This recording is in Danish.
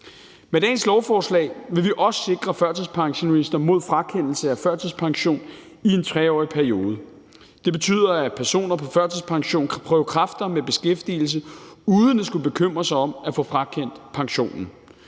Med dagens lovforslag vil vi også sikre førtidspensionister mod frakendelse af førtidspension i en 3-årig periode. Det betyder, at personer på førtidspension kan prøve kræfter med beskæftigelse uden at skulle bekymre sig om at få frakendt pensionen.